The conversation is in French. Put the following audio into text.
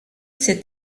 cet